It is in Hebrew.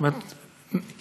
זאת אומרת,